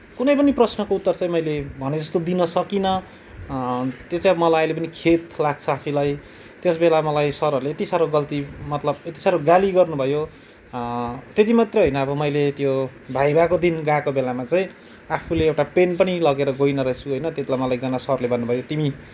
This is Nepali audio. कुनै पनि प्रश्नको उत्तर चाहिँ मैले भने जस्तो दिन सकिनँ त्यो चाहिँ मलाई अहिले पनि खेद लाग्छ आफैलाई त्यसबेला अब मलाई सरहरूले यति साह्रो गल्ती मतलब यति साह्रो गाली गर्नुभयो त्यति मात्रै होइन अब मैले त्यो भाइभाको दिन गएको बेलामा चाहिँ आफुले एउटा पेन पनि लगेर गएन रहेछु होइन त्यतिबेला मलाई एकजना सरले भन्नुभयो